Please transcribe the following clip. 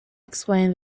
explain